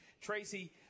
Tracy